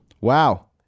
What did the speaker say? Wow